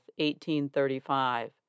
1835